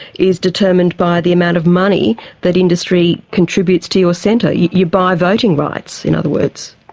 is determined by the amount of money that industry contributes to your centre you buy voting rights in other words.